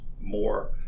more